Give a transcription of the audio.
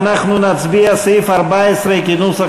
מי בעד ההסתייגות?